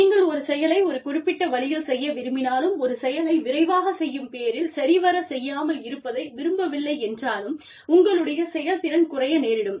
நீங்கள் ஒரு செயலை ஒரு குறிப்பிட்ட வழியில் செய்ய விரும்பினாலும் ஒரு செயலை விரைவாகச் செய்யும் பேரில் சரிவரச் செய்யாமல் இருப்பதை விரும்பவில்லை என்றாலும் உங்களுடைய செயல்திறன் குறைய நேரிடும்